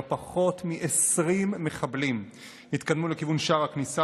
לא פחות מ-20 מחבלים התקדמו לכיוון שער הכניסה